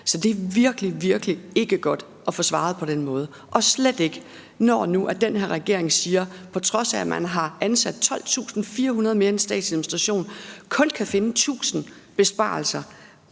Så det er virkelig, virkelig ikke godt at svare på den måde, og slet ikke når nu den her regering, på trods af at man har ansat 12.400 flere i den statslig administration, kun kan finde 1.000 stillinger